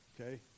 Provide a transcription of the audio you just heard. okay